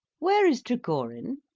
where is trigorin?